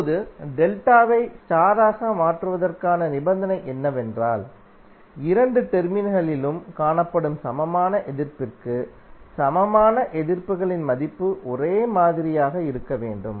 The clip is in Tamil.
இப்போது டெல்டா வை ஸ்டார் ஆக மாற்றுவதற்கான நிபந்தனை என்னவென்றால் இரண்டு டெர்மினல்களிலும் காணப்படும் சமமான எதிர்ப்பிற்கு சமமான எதிர்ப்புகளின் மதிப்பு ஒரே மாதிரியாக இருக்க வேண்டும்